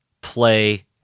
play